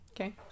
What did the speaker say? Okay